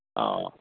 অঁ